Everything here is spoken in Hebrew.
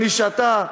אתה,